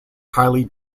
highly